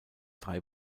drei